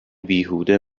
بیهوده